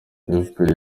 efuperi